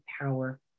power